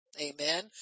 Amen